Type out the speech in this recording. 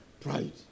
Pride